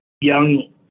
young